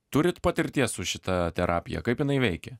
turit patirties su šita terapija kaip jinai veikia